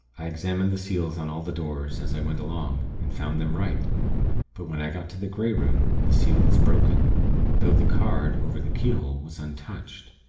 i examined the seals on all the doors, as i went along, and found them right but when i got to the grey room, the seal was broken though the card, over the keyhole, was untouched.